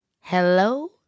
Hello